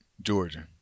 Georgia